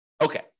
Okay